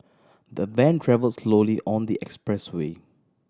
the van travel slowly on the expressway